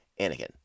anakin